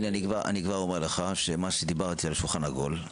אני כבר אומר לך שמה שדיברנו על שולחן עגול,